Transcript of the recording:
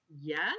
Yes